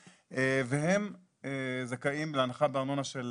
והם זכאים להנחה בארנונה של